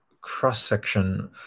cross-section